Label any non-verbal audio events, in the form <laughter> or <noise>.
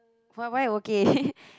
why why okay <laughs>